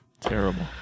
Terrible